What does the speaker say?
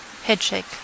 Headshake